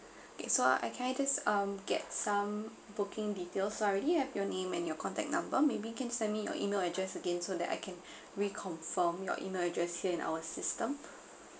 okay so I can I just um get some booking details so I already have your name and your contact number maybe can send me your email address again so that I can reconfirm your email address here in our system